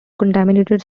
contaminated